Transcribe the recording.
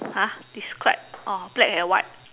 !huh! describe oh black and white